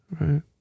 Right